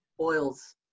oils